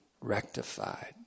rectified